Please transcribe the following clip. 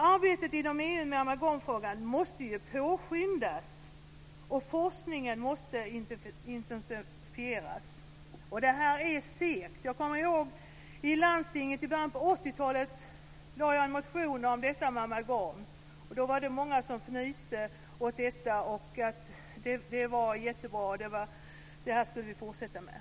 Arbetet inom EU med amalgamfrågan måste påskyndas. Forskningen måste intensifieras. Det här är segt. Jag kommer ihåg att jag i landstinget i början av 80-talet väckte en motion om detta med amalgam. Då var det många som fnyste. Amalgam var jättebra; det skulle vi fortsätta med.